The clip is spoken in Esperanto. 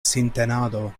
sintenado